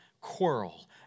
quarrel